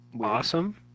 Awesome